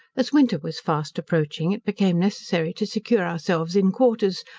as winter was fast approaching, it became necessary to secure ourselves in quarters,